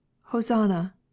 hosanna